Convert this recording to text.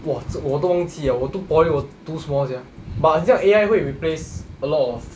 !wah! 这我都忘记 liao 我读 poly 我读什么 sia but 很像 A_I 会 replace a lot of